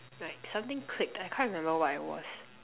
like something clicked I can't remember what I was